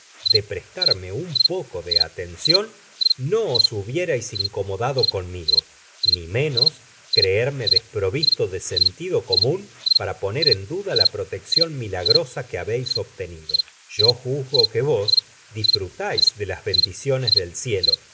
de prestarme un poco de atencion no os hubiérais incomodado conmigo ni menos creerme desprovisto de sentido comun para poner en duda la proteccion milagrosa que habeis obtenido lo juzgo que vos disfrutais de las bendiciones del cielo